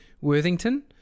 Worthington